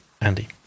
Andy